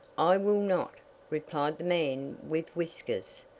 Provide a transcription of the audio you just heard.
i will not replied the man with whiskers.